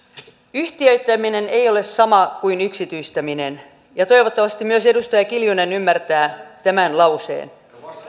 yhtiöittäminen ei ole sama kuin yksityistäminen ja toivottavasti myös edustaja kiljunen ymmärtää tämän lauseen